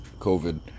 COVID